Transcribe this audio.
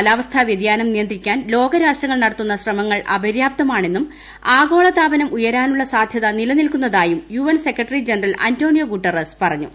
കാലാവസ്ഥാ വ്യതിയാനം നിയന്ത്രിക്കാൻ ലോക രാഷ്ട്രങ്ങൾ നടത്തുന്ന ശ്രമങ്ങൾ അപര്യാപ്തമാണെന്നും ആഗോള് ത്യാപ്നം ഉയരാനുള്ള സാധ്യത നിലനിൽക്കുന്നതായും UN secretary general Antonio Guterres പറഞ്ഞു